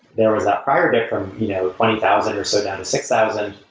there was that prior different you know twenty thousand or so down to six thousand.